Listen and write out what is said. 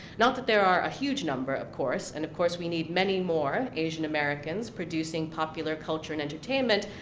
not that there are a huge number, of course, and, of course, we need many more asian americans producing popular culture and entertainment,